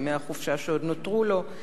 ימי החופשה שעוד נותרו לו.